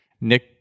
Nick